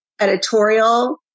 editorial